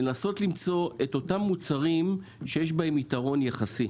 ולנסות למצוא אותם מוצרים שיש בהם יתרון יחסי.